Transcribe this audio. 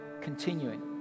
continuing